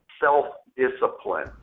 self-discipline